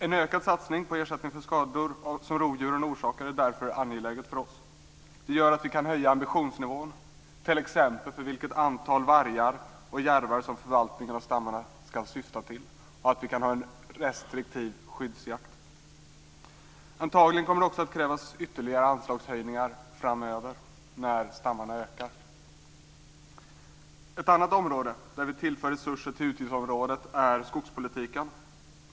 En ökad satsning på ersättning för de skador som rovdjur orsakar är därför angeläget för oss. Det gör att vi kan höja ambitionsnivån för t.ex. vilket antal vargar och järvar som förvaltningen av stammarna ska syfta till och att vi kan ha restriktiv skyddsjakt. Antagligen kommer det att krävas ytterligare anslagshöjningar framöver, när stammarna ökar. Ett annat område där vi tillför resurser till utgiftsområdet är skogspolitiken.